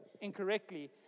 incorrectly